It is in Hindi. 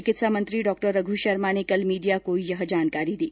चिकित्सा मंत्री डॉ रघ् शर्मा ने कल मीडिया को यह जानकारी दी